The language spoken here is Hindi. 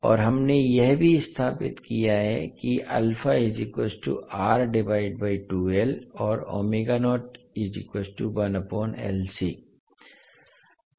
और हमने यह भी स्थापित किया है कि और